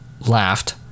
laughed